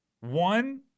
One